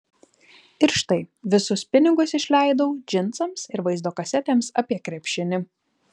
ir štai visus pinigus išleidau džinsams ir vaizdo kasetėms apie krepšinį